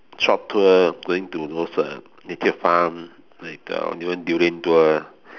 short tour of going to those uh nature farm like uh even durian tour